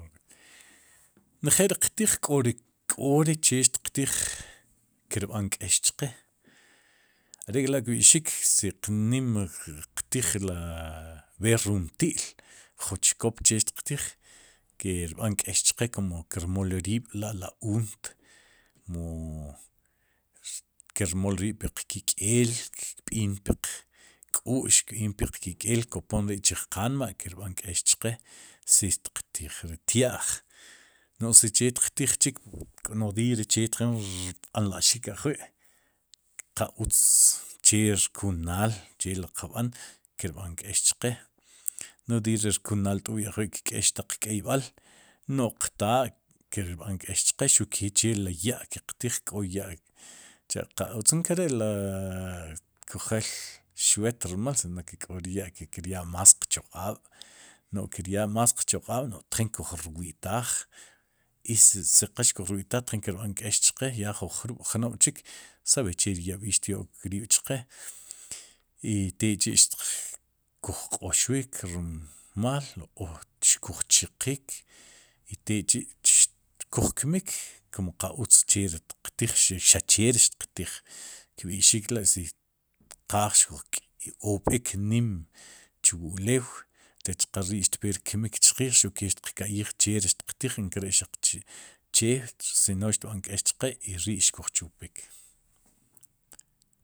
Njeel ri qtij k'o ri che xtiqtij kirb'an re k éex chqe are'k'la'kb'ixik si nim qtij beer runti'l jun chkop ver tiq tiij kirb'an k'eex chqe kum kiirmool lo riib' la la uut mu mu kirmool riib' piq kik'el kb'iin puq k'u'x kb'iin piq kik'eel kopom kopon ri'chiij qanma'kirb'an k'eex chqe si tiq tiij ri tyáj, no'j si che xtiqtij chik nodiiy rb'an láxik ajwi'qa utz che rkunaal che ri qbán ki rb'an k'eex chqe nodiiy ri rkunaal t'u'y ajwi' kk'yex taq k'eyb'aal no'j qtaa kir b'an k'eex chqe xuq kee che ri ya'qtiij k'. o ya qa utz nkere'ri ku jel xweet rmaal si no que k'o re ya' ki ryaa más qchoq'aab' no'j kir yaa más qchoq'aab' no'j tjiq kuj rwi'taaj i si qa xkuj rwi'taj tjin ki rb'an k'eex chqe ya ju jrub'jnob'chik saber che ri yab'iil xtyo'k riib' chqe i tek'chi'xkuj q'ooxwik rom rmal o xkuj chiqin i tek'chi' xkuj kmik kum qa utz che ri xtiq tiij xa che ri xtiq tiij kb'ixik la'si qaaj xkuj k'ob'ik nim chu wu ulew rech qa rii xpe ri kmik chqiij xtiq ka'yij che ri xtiq tiij inkere xaq che ri xtb'an k'eex chqe rii xkuj chupik.